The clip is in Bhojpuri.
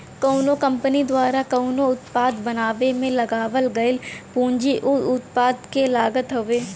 कउनो कंपनी द्वारा कउनो उत्पाद बनावे में लगावल गयल पूंजी उ उत्पाद क लागत हउवे